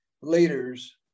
leaders